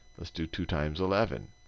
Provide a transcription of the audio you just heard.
let's do two times eleven.